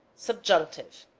subjunctive